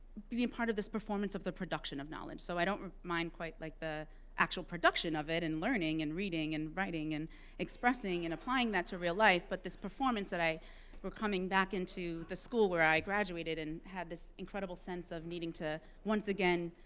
be a part of the performance of the production of knowledge. so i don't mind quite like the actual production of it and learning, and reading, and writing, and expressing, and applying that to real life. but this performance that i were coming back into the school where i graduated, and had this incredible sense of needing to once again,